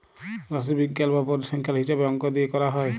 রাশিবিজ্ঞাল বা পরিসংখ্যাল হিছাবে অংক দিয়ে ক্যরা হ্যয়